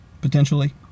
potentially